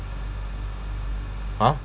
uh